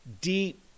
deep